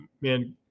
man